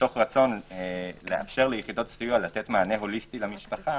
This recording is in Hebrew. מתוך רצון לאפשר ליחידות הסיוע לתת מענה הוליסטי למשפחה,